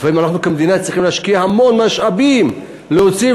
והמדינה צריכה להשקיע המון משאבים להוציא,